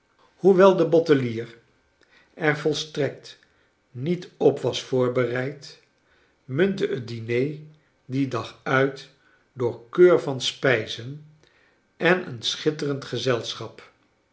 hoewel de bottelier er volstrekt niet op was voorbereid muntte het diner dien dag uit door keur van spijzen en een schitterend gezelschap